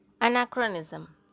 Anachronism